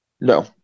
No